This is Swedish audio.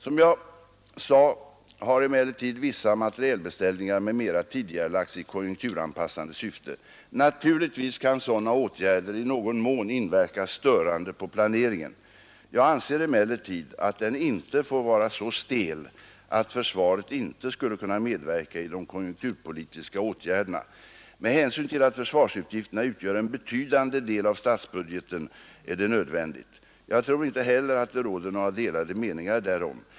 Som jag sade har emellertid vissa materielbeställningar m.m. tidigarelagts i konjunkturanpassande syfte. Naturligtvis kan sådana åtgärder i någon mån inverka störande på planeringen. Jag anser emellertid att den inte får vara så stel att försvaret inte skulle kunna medverka i de konjunkturpolitiska åtgärderna. Med hänsyn till att försvarsutgifterna utgör en betydande del av stadsbudgeten är det nödvändigt. Jag tror inte heller att det råder några delade meningar därom.